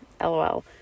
LOL